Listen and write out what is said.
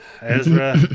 Ezra